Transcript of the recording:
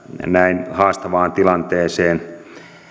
näin haastavaan tilanteeseen